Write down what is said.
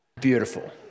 Beautiful